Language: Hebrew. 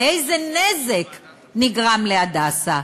ואיזה נזק נגרם ל"הדסה".